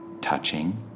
touching